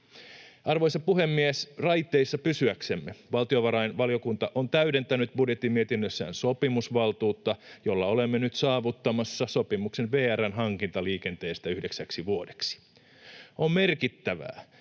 Arvoisa puhemies! Raiteissa pysyäksemme: Valtiovarainvaliokunta on täydentänyt budjettimietinnössään sopimusvaltuutta, jolla olemme nyt saavuttamassa sopimuksen VR:n hankintaliikenteestä 9 vuodeksi. On merkittävää,